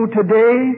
today